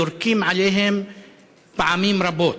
יורקים עליהם פעמים רבות.